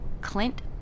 Clint